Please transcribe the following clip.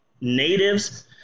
natives